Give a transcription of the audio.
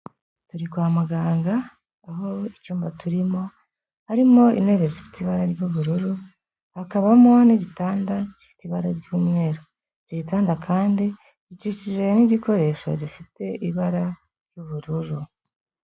Turi kwa muganga aho icyumba turimo harimo intebe zifite ibara ry'ubururu, hakabamo n'igitanda gifite ibara ry'umweru, iki gitanda kandi gikikijwe n'igikoresho gifite ibara ry'ubururu.